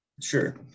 Sure